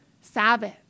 Sabbath